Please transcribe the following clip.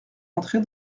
entrer